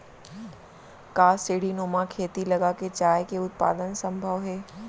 का सीढ़ीनुमा खेती लगा के चाय के उत्पादन सम्भव हे?